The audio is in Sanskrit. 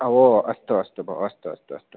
ओ अस्तु अस्तु भो अस्तु अस्तु अस्तु